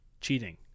cheating